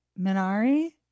Minari